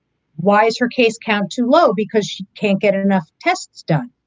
why is her case count too low? because she can't get enough tests done.